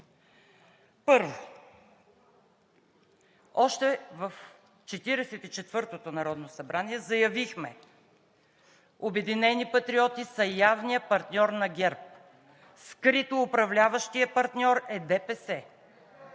и четвъртото народно събрание заявихме: „Обединени патриоти“ са явният партньор на ГЕРБ, а скрито управляващият партньор е ДПС.